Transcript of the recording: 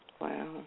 Wow